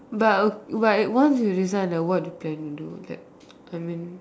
but but if once you resign right what you planning to do like I mean